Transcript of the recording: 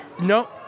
No